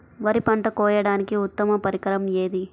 వరి పంట కోయడానికి ఉత్తమ పరికరం ఏది?